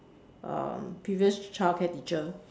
um previous childcare teacher